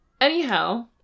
Anyhow